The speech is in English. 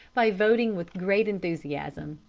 by voting with great enthusiasm.